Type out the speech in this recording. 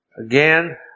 again